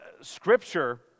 scripture